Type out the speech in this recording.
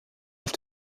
auf